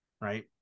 right